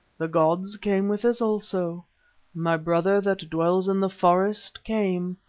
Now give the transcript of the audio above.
the gods came with us also my brother that dwells in the forest came,